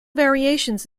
variations